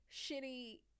shitty